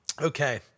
Okay